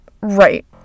Right